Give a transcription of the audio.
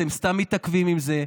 אתם סתם מתעכבים עם זה.